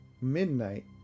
Midnight